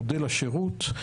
מודל השירות.